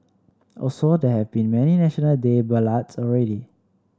also there have been many National Day ballads already